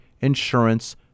insurance